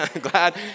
glad